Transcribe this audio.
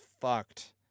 fucked